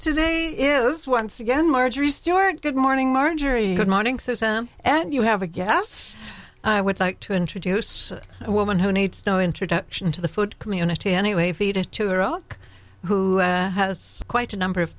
today is once again marjorie stewart good morning margery good morning so sam and you have a guest i would like to introduce a woman who needs no introduction to the food community anyway feed it to iraq who has quite a number of